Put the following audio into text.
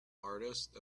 artist